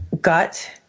gut